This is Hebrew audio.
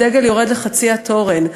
הדגל יורד לחצי התורן.